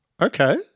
okay